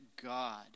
God